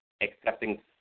accepting